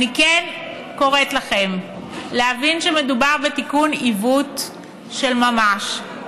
אני כן קוראת לכם להבין שמדובר בתיקון עיוות של ממש,